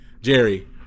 jerry